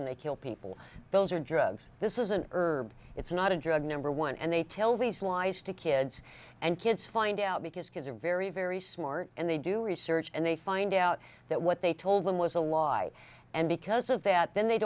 and they kill people those are drugs this is an herb it's not a drug number one and they tell these lies to kids and kids find out because kids are very very smart and they do research and they find out that what they told them was a lot and because of that then they